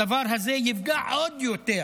הדבר הזה ייפגע עוד יותר